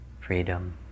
freedom